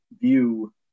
view